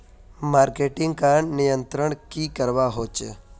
Marketing का नियंत्रण की करवा होचे?